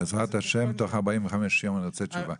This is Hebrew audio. בעזרת ה' בתוך 45 יום אני רוצה תשובה.